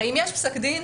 הרי אם יש פסק דין,